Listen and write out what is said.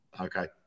Okay